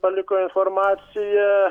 paliko informaciją